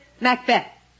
Macbeth